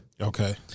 okay